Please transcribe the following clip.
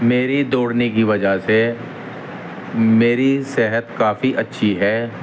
میری دوڑنے کی وجہ سے میری صحت کافی اچھی ہے